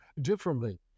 differently